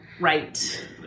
Right